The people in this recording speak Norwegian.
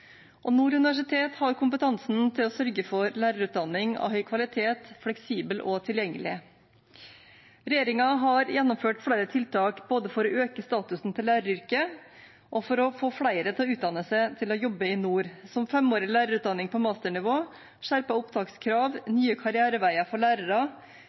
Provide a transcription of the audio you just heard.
Nord universitet har kompetansen til å sørge for lærerutdanning av høy kvalitet, fleksibel og tilgjengelig. Regjeringen har gjennomført flere tiltak både for å øke statusen til læreryrket og for å få flere til å utdanne seg og å jobbe i nord, som femårig lærerutdanning på masternivå, skjerpet opptakskrav, nye karriereveier for lærere,